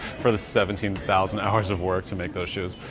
for the seventeen thousand hours of work to make those shoes!